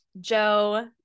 Joe